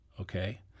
Okay